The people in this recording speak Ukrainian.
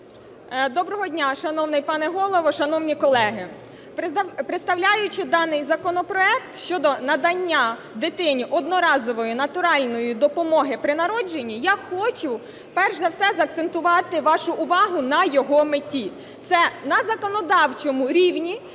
Доброго дня, шановний пане Голово, шановні колеги! Представляючи даний законопроект щодо надання дитині одноразової натуральної допомоги при народженні, я хочу перш за все закцентувати вашу увагу на його меті – це на законодавчому рівні